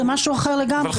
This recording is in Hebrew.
זה לא מנעד.